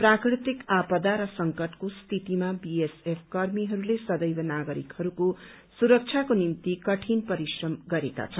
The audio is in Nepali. प्राकृतिक आपदा र संकटको स्थितिमा बीएसएफ कर्मीहरूले सदैव नागरिकहरूको सुरक्षाको निम्ति कठिन परिश्रम गरेका छन्